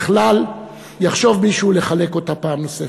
בכלל יחשוב מישהו לחלק אותה פעם נוספת.